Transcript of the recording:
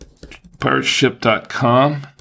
PirateShip.com